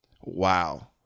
Wow